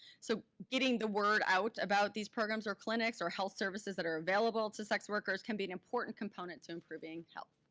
so getting the word out about these programs or clinics or health services that are available to sex workers can be an important component to improving health.